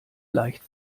leicht